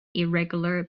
irregular